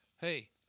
hey